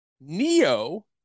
Neo